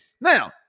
Now